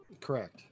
Correct